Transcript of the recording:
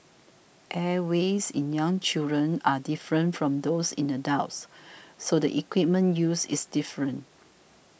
airways in young children are different from those in adults so the equipment used is different